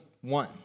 one